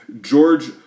George